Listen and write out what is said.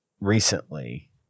recently